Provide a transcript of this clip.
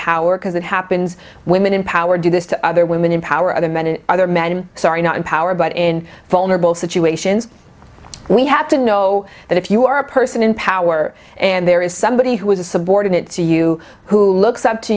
power because it happens women in power do this to other women empower other men and other men sorry not in power but in vulnerable situations we have to know that if you are a person in power and there is somebody who is a subordinate to you who looks up to